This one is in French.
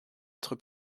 être